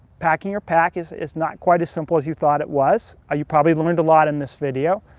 packing your pack is is not quite as simple as you thought it was. ah you probably learned a lot in this video.